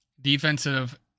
Defensive